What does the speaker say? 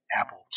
Apple